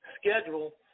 schedule